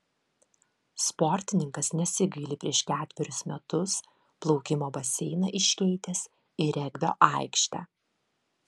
sportininkas nesigaili prieš ketverius metus plaukimo baseiną iškeitęs į regbio aikštę